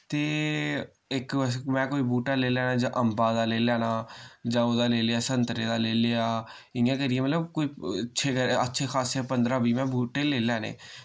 ते इक बस मैं कोई बुह्टे लेई लैन्नां जां अम्बा दा लेई लैन्नां जां कुतै ले लेआ संतरे दा लेेई लेआ इयां करियै मतलब कोई छे अच्छे खासे पंदरां बीह् में बूह्टे लेई लैने